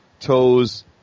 toes